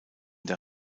der